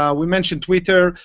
yeah we mentioned twitter.